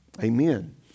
Amen